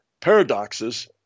paradoxes